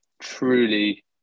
Truly